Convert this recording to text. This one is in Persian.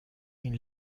این